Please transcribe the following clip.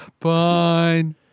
Fine